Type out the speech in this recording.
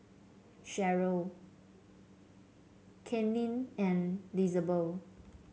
Cherrie Kaitlynn and Lizabeth